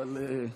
מירב בן ארי,